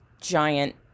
giant